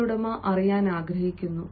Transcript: തൊഴിലുടമ അറിയാൻ ആഗ്രഹിക്കുന്നു